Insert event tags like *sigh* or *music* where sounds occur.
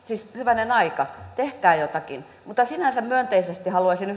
siis hyvänen aika tehkää jotakin mutta sinänsä myönteisesti haluaisin *unintelligible*